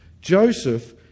Joseph